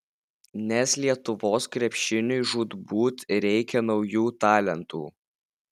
nes lietuvos krepšiniui žūtbūt reikia naujų talentų